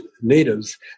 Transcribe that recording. natives